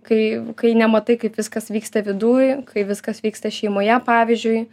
kai kai nematai kaip viskas vyksta viduj kai viskas vyksta šeimoje pavyzdžiui